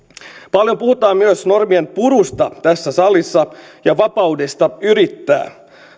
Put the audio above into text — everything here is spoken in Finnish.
paljon puhutaan myös normienpurusta tässä salissa ja vapaudesta yrittää